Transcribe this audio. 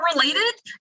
related